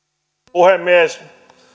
puhemies